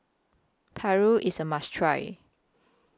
Paru IS A must Try